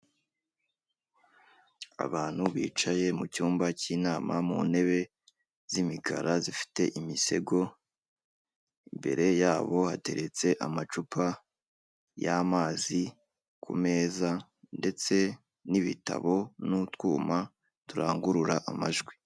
Abantu bicaye mu cyumba cy'inama mu ntebe z'imikara zifite imisego, imbere yabo hateretse amacupa y'amazi ku meza ndetse n'ibitabo n'utwuma turangurura amajwi.